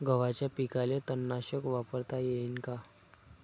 गव्हाच्या पिकाले तननाशक वापरता येईन का?